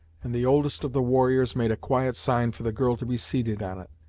and the oldest of the warriors made a quiet sign for the girl to be seated on it,